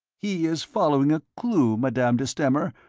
he is following a clue, madame de stamer,